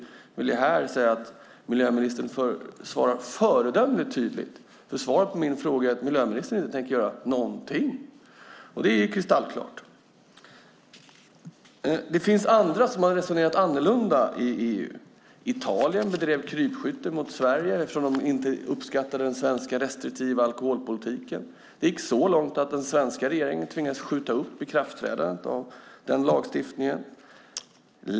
Men här vill jag säga att miljöministern svarar föredömligt tydligt, för svaret på min fråga är att miljöministern inte tänker göra någonting - ett kristallklart svar. Det finns andra som har resonerat annorlunda i EU. Italien bedrev tidigare krypskytte mot Sverige eftersom de inte uppskattade den svenska restriktiva alkoholpolitiken. Det gick så långt att den svenska regeringen tvingades skjuta upp ikraftträdandet av den lagstiftningen.